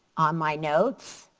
on my notes,